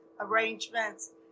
arrangements